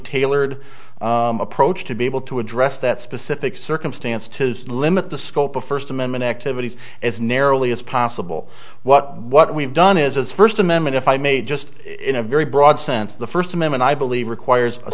tailored approach to be able to address that specific circumstance to limit the scope of first amendment activities as narrowly as possible what what we've done is as first amendment if i may just in a very broad sense the first amendment i believe requires a